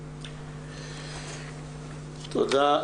תודה.